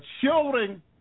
children